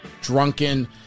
drunken